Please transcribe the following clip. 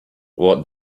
what